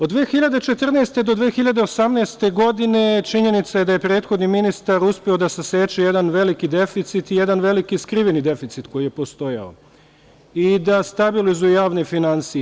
Od 2014. godine do 2018. godine činjenica je da je prethodni ministar uspeo da saseče jedan veliki deficit i jedan veliki skriveni deficit koji je postojao i da stabilizuje javne finansije.